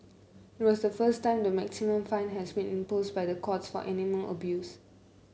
it was the first time the maximum fine had been imposed by the courts for animal abuse